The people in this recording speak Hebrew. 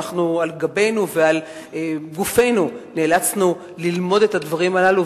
על גבנו ועל גופנו נאלצנו ללמוד את הדברים הללו.